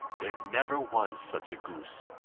there never was such a goose.